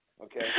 okay